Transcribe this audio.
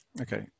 Okay